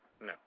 No